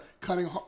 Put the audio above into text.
cutting